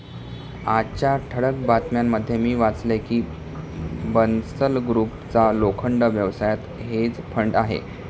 आजच्या ठळक बातम्यांमध्ये मी वाचले की बन्सल ग्रुपचा लोखंड व्यवसायात हेज फंड आहे